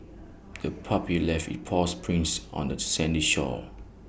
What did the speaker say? the puppy left its paw prints on the sandy shore